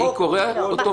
הוא קורה אוטומטית.